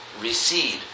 recede